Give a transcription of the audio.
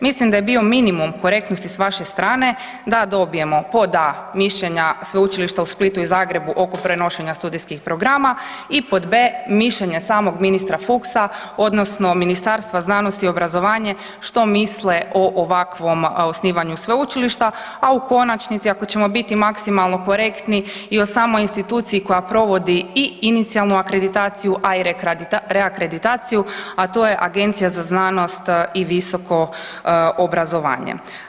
Mislim da je bio minimum korektnosti s vaše strane da dobijemo pod A, mišljenja Sveučilišta u Splitu i Zagrebu oko prenošenja studijskih programa i pod B, mišljenja samog ministra Fuchsa odnosno Ministarstva znanosti i obrazovanja što misle o ovakvom osnivanju sveučilišta, a u konačnici ako ćemo biti maksimalno korektni, i o samoj instituciji koja provodi i inicijalnu akreditaciju a i reakreditaciju, a to je Agencija za znanost i visoko obrazovanje.